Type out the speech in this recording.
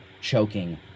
choking